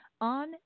on